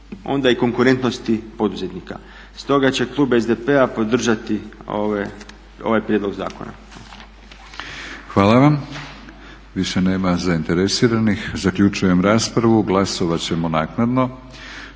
onda i konkurentnosti poduzetnika. Stoga će klub SDP-a podržati ovaj prijedlog zakona. **Batinić, Milorad (HNS)** Hvala vam. Više nema zainteresiranih. Zaključujem raspravu. Glasovat ćemo naknadno.